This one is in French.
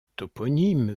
toponyme